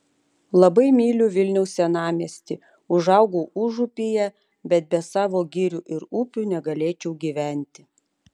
labai myliu vilniaus senamiestį užaugau užupyje bet be savo girių ir upių negalėčiau gyventi